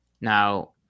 Now